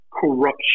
corruption